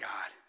God